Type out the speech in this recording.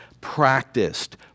practiced